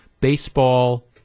baseball